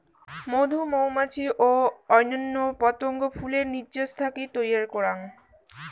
মধু মৌমাছি ও অইন্যান্য পতঙ্গ ফুলের নির্যাস থাকি তৈয়ার করাং